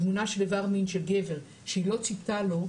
תמונה של איבר מין של גבר שהיא לא ציפתה לו,